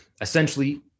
essentially